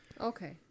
Okay